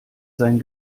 sein